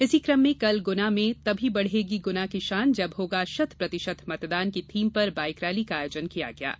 इसी कम में कल गुना में तभी बढेगी गुना की शान जब होगा शत प्रतिशत मतदान की थीम पर बाइक रैली का आयोजन किया जायेगा